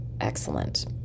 excellent